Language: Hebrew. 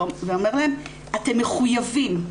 הוא אומר להם 'אתם מחויבים.